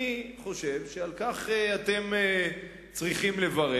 אני חושב שעל כך אתם צריכים לברך.